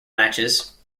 matches